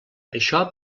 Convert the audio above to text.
això